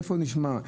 איפה נשמע דבר כזה?